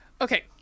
Okay